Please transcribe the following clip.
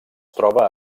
troba